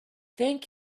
thank